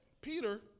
Peter